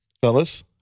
Fellas